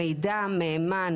מידע מהימן,